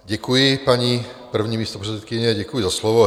Děkuji, paní první místopředsedkyně, děkuji za slovo.